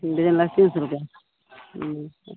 डिजाइनबला तीन सए रुपआ हूँ